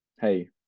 hey